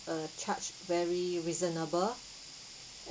uh charged very reasonable